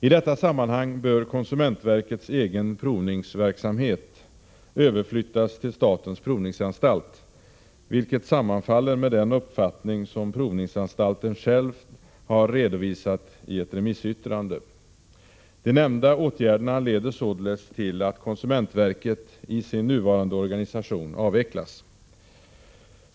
I detta sammanhang bör konsumentverkets egen provningsverksamhet överflyttas till statens provningsanstalt, vilket sammanfaller med den uppfattning som provningsanstalten själv har redovisat i ett remissyttrande. De nämnda åtgärderna leder således till att konsumentverket i sin nuvarande organisation avvecklas.